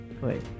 wait